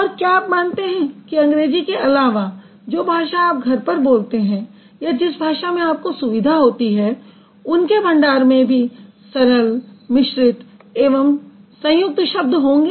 और क्या आप मानते हैं कि अंग्रेज़ी के अलावा जो भाषा आप घर पर बोलते हैं या जिस भाषा में आपको सुविधा होती है उनके भंडार में भी सरल मिश्रित एवं संयुक्त शब्द होंगे